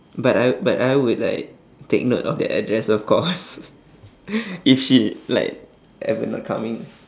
but I w~ but I would like take note of the address of course if she like ever not coming